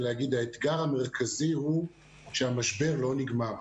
ולהגיד שהאתגר המרכזי הוא שהמשבר לא נגמר.